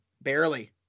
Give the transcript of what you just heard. Barely